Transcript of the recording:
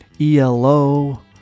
ELO